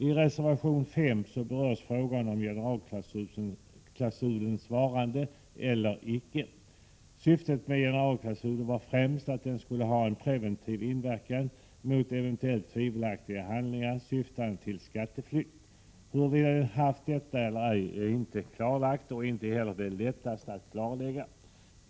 I reservation 5 berörs frågan om generalklausulens vara eller icke vara. Syftet med generalklausulen var främst att den skulle ha en preventiv verkan mot eventuella tvivelaktiga handlingar syftande till skatteflykt. Huruvida den haft denna verkan eller ej är inte helt klarlagt och är inte heller lätt att klarlägga.